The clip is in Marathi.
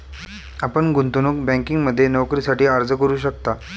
आपण गुंतवणूक बँकिंगमध्ये नोकरीसाठी अर्ज करू शकता